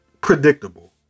predictable